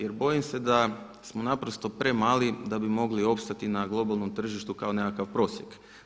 Jer bojim se da smo naprosto premali da bi mogli opstati na globalnom tržištu kao nekakav prosjek.